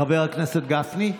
חבר הכנסת גפני,